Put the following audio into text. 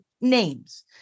names